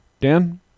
Dan